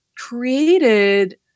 created